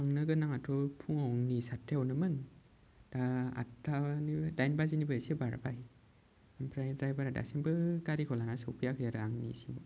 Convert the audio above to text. थांनो गोनाङाथ' फुङावनि सातथायावनोमोन दा आतथानि दाइन बाजिनिबो एसे बारबाय ओमफ्राय द्राइभारा दासिमबो गारिखौ लाना सौफैयाखै आरो आंनिसिम